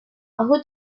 how